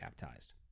baptized